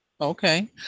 okay